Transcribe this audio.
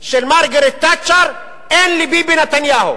של מרגרט תאצ'ר אין לביבי נתניהו.